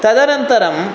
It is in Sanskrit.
तदनन्तरम्